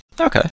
Okay